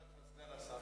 בהסכמת סגן השר,